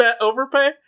overpay